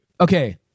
okay